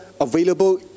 available